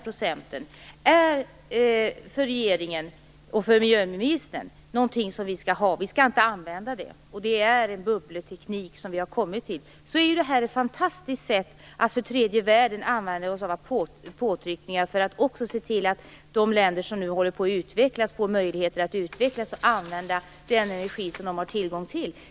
Regeringen och miljöministern säger att vi inte skall använda de fem procenten. Vi har kommit till en bubbelteknik. Är det så är det ett fantastiskt sätt att trycka på vad gäller tredje världen och se till att de länder som nu håller på att utvecklas får möjligheter att utvecklas och använda den energi som de har tillgång till.